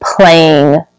playing